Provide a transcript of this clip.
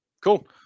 Cool